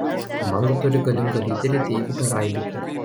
komanda turi galingą lyderį deividą raibikį